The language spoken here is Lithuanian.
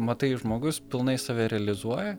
matai žmogus pilnai save realizuoja